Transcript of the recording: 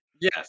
Yes